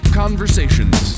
conversations